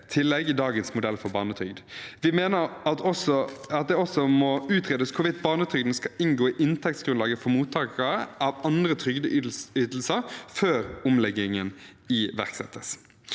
tillegg i dagens modell for barnetrygd. Vi mener også at det må utredes hvorvidt barnetrygden skal inngå i inntektsgrunnlaget for mottakere av andre trygdeytelser før omleggingen iverksettes.